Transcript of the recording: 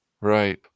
Right